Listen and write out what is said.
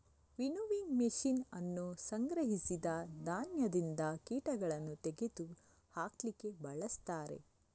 winnowing machine ಅನ್ನು ಸಂಗ್ರಹಿಸಿದ ಧಾನ್ಯದಿಂದ ಕೀಟಗಳನ್ನು ತೆಗೆದು ಹಾಕ್ಲಿಕ್ಕೆ ಬಳಸ್ತಾರೆ